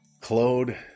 Claude